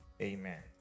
Amen